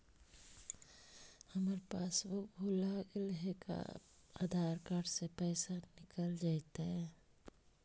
हमर पासबुक भुला गेले हे का आधार कार्ड से पैसा निकल जितै?